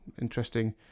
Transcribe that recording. interesting